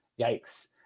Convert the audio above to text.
Yikes